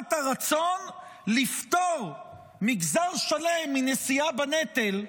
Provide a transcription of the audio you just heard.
מחמת הרצון לפטור מגזר שלם מנשיאה בנטל,